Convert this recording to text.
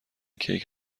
کیک